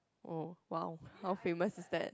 oh !wow! okay what is that